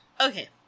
Okay